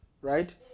right